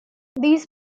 these